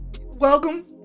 welcome